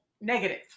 negative